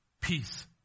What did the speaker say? peace